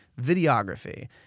videography